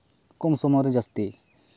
ᱠᱚᱢ ᱥᱚᱢᱚᱭ ᱨᱮ ᱡᱟᱹᱥᱛᱤ